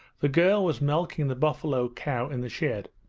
the girl was milking the buffalo cow in the shed.